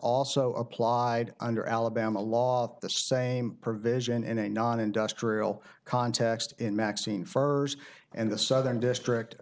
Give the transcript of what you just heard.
also applied under alabama law the same provision in a non industrial context in maksim for us and the southern district